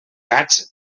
gats